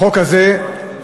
החוק הזה,